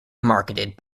marketed